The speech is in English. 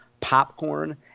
popcorn